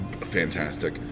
fantastic